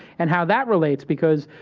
and how that relates? because,